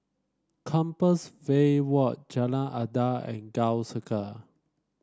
Compassvale Walk Jalan Adat and Gul Circle